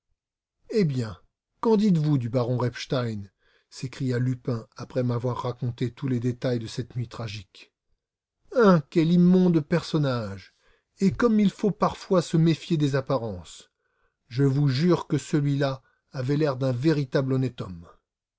eh bien qu'en dites-vous du baron repstein s'écria lupin après m'avoir raconté tous les détails de cette nuit tragique hein quel immonde personnage et comme il faut parfois se méfier des apparences je vous jure que celui-là avait l'air d'un véritable honnête homme